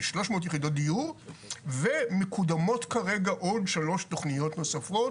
שלוש מאות יחידות דיור ומקודמות כרגע עוד שלוש תוכניות נוספות